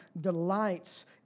delights